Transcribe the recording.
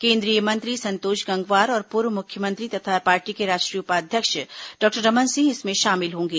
केंद्रीय मंत्री संतोष गंगवार और पूर्व मुख्यमंत्री तथा पार्टी के राष्ट्रीय उपाध्यक्ष डॉक्टर रमन सिंह इसमें शामिल होंगे